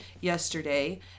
yesterday